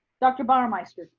dr. bauermeister.